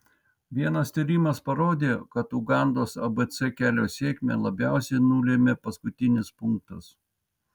vienas tyrimas parodė kad ugandos abc kelio sėkmę labiausiai nulėmė paskutinis punktas